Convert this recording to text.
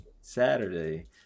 Saturday